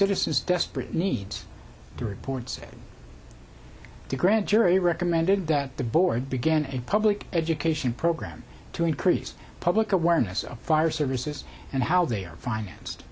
citizens desperate needs the report said the grand jury recommended that the board begin a public education program to increase public awareness of fire services and how they are financed